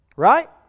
Right